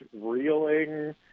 reeling